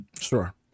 sure